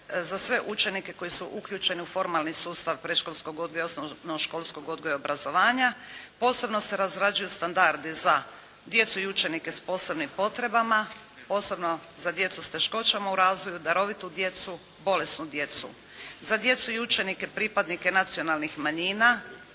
za sve učenike koji su uključeni u formalni sustav predškolskog odgoja i osnovnoškolskog odgoja i obrazovanja. Posebno se razrađuju standardi za djecu i učenike s posebnim potrebama, posebno za djecu s teškoćama u razvoja, darovitu djecu, bolesnu djecu, za djecu i učenike pripadnike nacionalnih manjina,